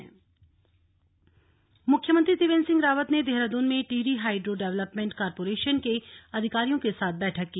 बैठक सीएम टिहरी मुख्यमंत्री त्रिवेन्द्र सिंह रावत ने देहरादून में टिहरी हाईड्रो डेवेलपमेंट कार्पोरेशन के अधिकारियों के साथ बैठक की